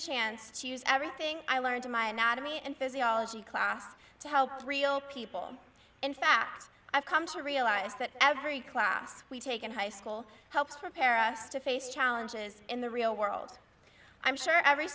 chance to use everything i learned in my anatomy and physiology class to help real people in fact i've come to realize that every class we take in high school helps prepare us to face challenges in the real world i'm sure every